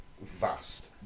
Vast